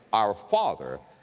our father,